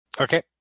Okay